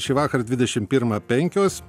šįvakar dvidešim pirmą penkios